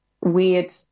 weird